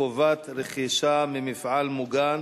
חובת רכישה ממפעל מוגן),